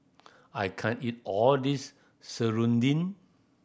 I can't eat all this serunding